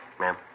Ma'am